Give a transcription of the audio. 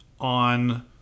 on